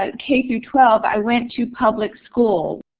ah k through twelve, i went to public school,